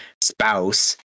spouse